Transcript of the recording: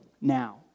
now